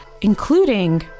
including